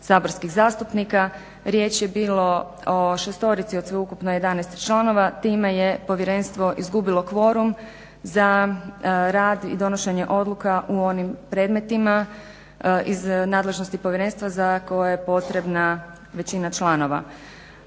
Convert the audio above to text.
Riječ je bilo o 6 od sveukupno 11 članova, time je povjerenstvo izgubilo kvorum za rad i donošenje odluka u onim predmetima iz nadležnosti povjerenstva za koje je potrebna većina članova.